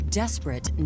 desperate